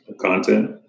content